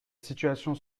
situation